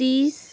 तिस